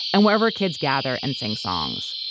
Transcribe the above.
and wherever kids gather and sing songs.